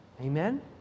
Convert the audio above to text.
Amen